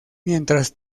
mientras